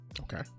Okay